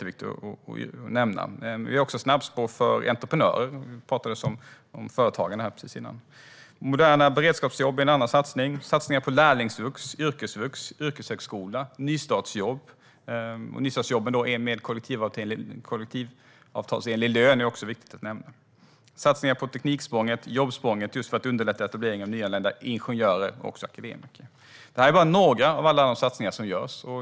Vi har också snabbspår för entreprenörer - det pratades ju nyss om företagande. Moderna beredskapsjobb är en annan satsning. Vi har också satsningar på lärlingsvux, yrkesvux, yrkeshögskola och nystartsjobb - med kollektivavtalsenlig lön, vilket är viktigt att nämna. Tekniksprånget och Jobbsprånget är satsningar för att underlätta etablering av nyanlända ingenjörer och akademiker. Detta är bara några av alla de satsningar som görs.